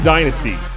Dynasty